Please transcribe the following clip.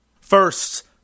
First